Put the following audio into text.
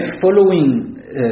following